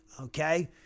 okay